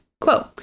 Quote